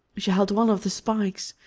she held one of the spikes,